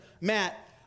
Matt